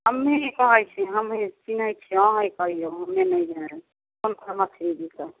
हमहीँ कहै छी हमहीँ चिनहै छिए अहीँ कहिऔ हमे नहि जानै कोन कोन मछरी बिकै